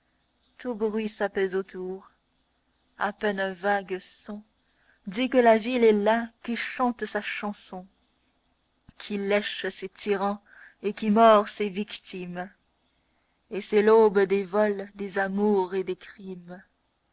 tout bruit s'apaise autour a peine un vague son dit que la ville est là qui chante sa chanson qui lèche ses tyrans et qui mord ses victimes et c'est l'aube des vols des amours et des crimes